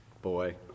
Boy